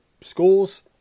schools